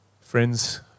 Friends